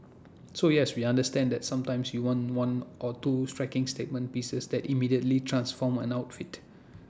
so yes we understand that sometimes you want one or two striking statement pieces that immediately transform an outfit